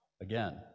again